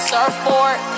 Surfboard